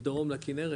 מדרום לכנרת,